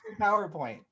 PowerPoint